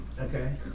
okay